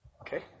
Okay